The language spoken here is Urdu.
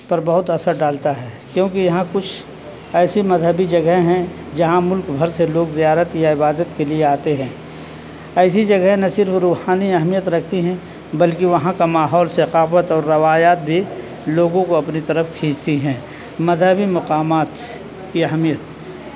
پر بہت اثر ڈالتا ہے کیونکہ یہاں کچھ ایسی مذہبی جگہیں ہیں جہاں ملک بھر سے لوگ زیارت یا عبادت کے لیے آتے ہیں ایسی جگہیں نہ صرف روحانی اہمیت رکھتی ہیں بلکہ وہاں کا ماحول ثقافت اور روایات بھی لوگوں کو اپنی طرف کھینچتی ہیں مذہبی مقامات کی اہمیت